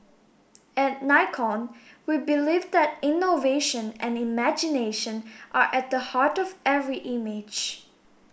at Nikon we believe that innovation and imagination are at the heart of every image